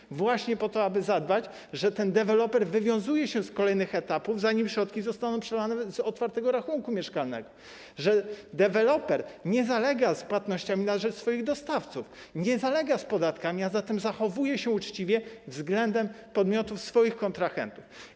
Chodzi właśnie o to, żeby deweloper wywiązywał się z kolejnych etapów, zanim środki zostaną przelane z otwartego rachunku mieszkalnego, żeby deweloper nie zalegał z płatnościami na rzecz swoich dostawców, nie zalegał z podatkami, a zatem zachowywał się uczciwie względem podmiotów, swoich kontrahentów.